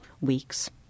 weeks